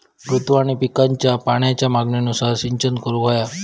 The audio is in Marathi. ऋतू आणि पिकांच्या पाण्याच्या मागणीनुसार सिंचन करूक व्हया